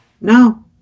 No